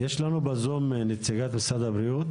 יש לנו בזום נציגת משרד הבריאות,